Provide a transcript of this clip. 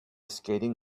skating